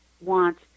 want